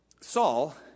Saul